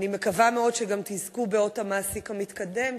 אני מקווה מאוד שגם תזכו באות המעסיק המתקדם,